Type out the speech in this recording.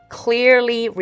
clearly